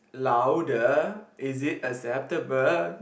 louder is it acceptable